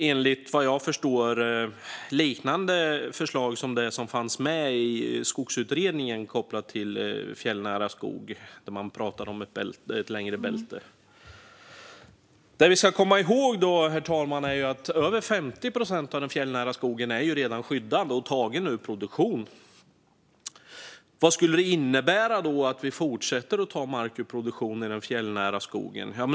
Enligt vad jag förstår är det förslag liknande det som Skogsutredningen hade kopplat till fjällnära skog, där man pratade om ett längre bälte. Det vi då ska komma ihåg, herr talman, är att över 50 procent av den fjällnära skogen redan är skyddad och tagen ur produktion. Vad skulle det innebära om vi fortsätter att ta mark ur produktion i den fjällnära skogen?